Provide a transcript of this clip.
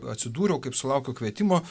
atsidūriau kaip sulaukiu kvietimo